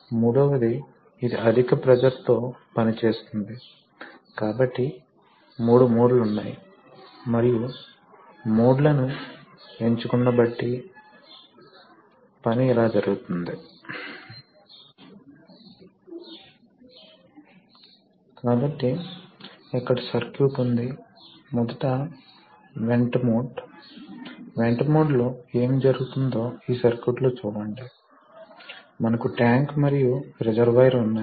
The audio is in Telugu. మీకు తెలుసా విషయాలు కదిలేటప్పుడు కొన్ని చిన్న కణాలు ఫ్రిక్షన్ ద్వారా ఉత్పన్నమవుతాయి అదేవిధంగా కొన్నిసార్లు గాలి ద్రవంలోకి రావచ్చు కాబట్టి ఈ చిక్కుకున్న గాలి ధూళి కణాలు ఈ విషయాలన్నీ సిస్టమ్ నుండి తొలగించబడాలి మరియు ద్రవం ప్రవహిస్తుంది ఇది కూడా దీన్ని శుభ్రపరుస్తుంది మరియు ఫిల్టర్కు తెస్తుంది అక్కడ అవి ఫిల్టర్ చేయబడతాయి